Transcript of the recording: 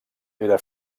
era